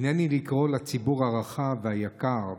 הינני לקרוא לציבור הרחב והיקר,